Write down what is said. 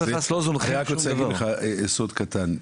אני רק רוצה להגיד לך סוד קטן.